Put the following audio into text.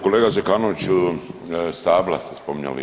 Kolega Zekanoviću, stabla ste spominjali.